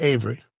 Avery